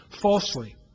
falsely